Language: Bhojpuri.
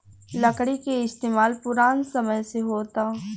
लकड़ी के इस्तमाल पुरान समय से होता